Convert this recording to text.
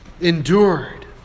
endured